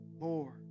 more